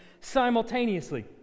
simultaneously